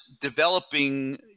developing